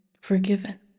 Forgiven